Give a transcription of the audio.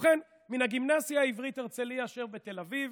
ובכן, מן הגימנסיה העברית הרצליה אשר בתל אביב